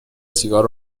سیگار